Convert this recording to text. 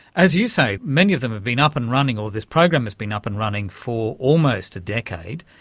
as you say, many of them have been up and running or this program has been up and running for almost a decade.